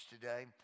today